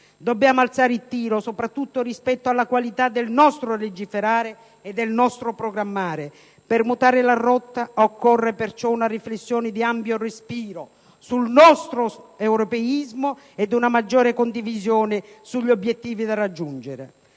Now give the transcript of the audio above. dobbiamo alzare il tiro soprattutto rispetto alla qualità del nostro legiferare e programmare. Per mutare la rotta occorre perciò una riflessione di ampio respiro sul nostro europeismo ed una maggiore condivisione sugli obiettivi da raggiungere.